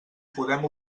podem